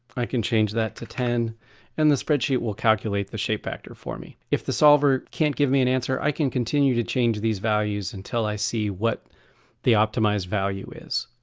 i can change that to ten and the spreadsheet will calculate the shape factor for me. if the solver can't give me an answer i can continue to change these values until i see what the optimized value is.